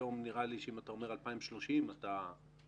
היום נראה לי שאם אתה אומר 2030 אתה אופטימי.